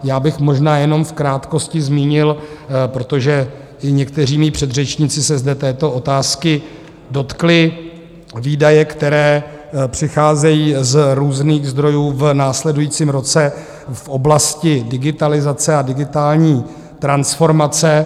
Já bych možná jenom v krátkosti zmínil, protože i někteří mí předřečníci se zde této otázky dotkli, výdaje, které přicházejí z různých zdrojů v následujícím roce v oblasti digitalizace a digitální transformace.